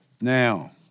Now